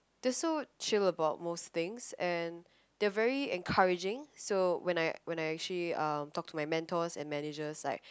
they're so chill about most things and they're very encouraging so when I when I actually uh talk to my mentors and managers like